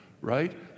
right